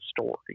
story